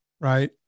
right